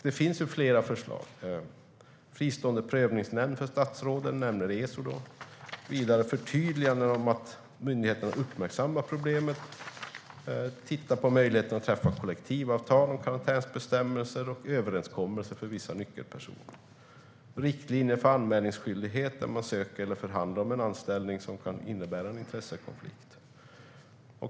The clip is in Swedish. Det finns flera förslag. Fristående prövningsnämnd för statsråd nämner ESO. Vidare tar man upp förtydliganden om att myndigheten uppmärksammar problemet och tittar på möjligheten att träffa kollektivavtal om karantänsbestämmelser och överenskommelser för vissa nyckelpersoner och riktlinjer för anmälningsskyldighet när man söker eller förhandlar om en anställning som kan innebära en intressekonflikt.